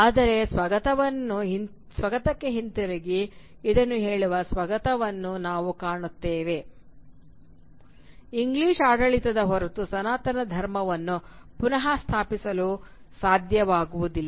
ಆದರೆ ಸ್ವಗತಕ್ಕೆ ಹಿಂತಿರುಗಿ ಇದನ್ನು ಹೇಳುವ ಸ್ವಗತವನ್ನು ನಾವು ಕಾಣುತ್ತೇವೆ ಇಂಗ್ಲಿಷ್ ಆಡಳಿತದ ಹೊರತು ಸನಾತನ ಧರ್ಮವನ್ನು ಪುನಃ ಸ್ಥಾಪಿಸಲು ಸಾಧ್ಯವಾಗುವುದಿಲ್ಲ